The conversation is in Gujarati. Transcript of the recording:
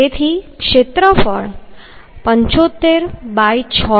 તેથી ક્ષેત્રફળ 75 ✕ 6 થશે